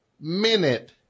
minute